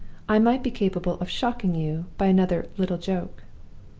i might be capable of shocking you by another little joke